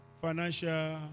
financial